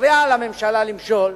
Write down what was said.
מפריעה לממשלה למשול,